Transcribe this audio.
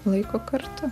laiko kartu